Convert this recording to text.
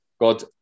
god